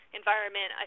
environment